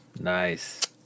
Nice